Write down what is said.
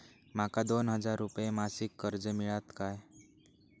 माका दोन हजार रुपये मासिक कर्ज मिळात काय?